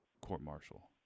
court-martial